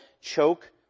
choke